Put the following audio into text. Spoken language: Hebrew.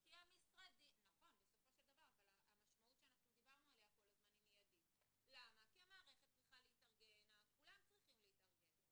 כי המשרדים, המערכת כולם צריכים להתארגן.